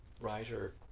writer